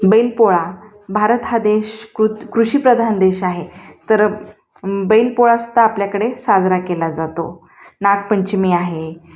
बैलपोळा भारत हा देश कृ कृषीप्रधान देश आहे तर बैलपोळासुद्धा आपल्याकडे साजरा केला जातो नागपंचमी आहे